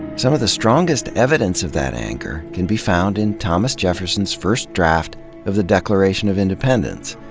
some of the strongest evidence of that anger can be found in thomas jefferson's first draft of the declaration of independence,